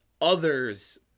others –